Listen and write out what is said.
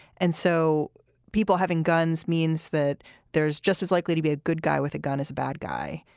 and so people having guns means that there's just as likely to be a good guy with a gun is a bad guy.